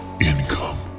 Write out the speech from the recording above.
income